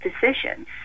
decisions